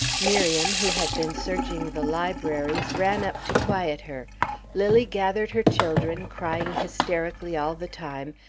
miriam, who had been searching the libraries, ran up to quiet her lilly gathered her children, crying hysterically all the time,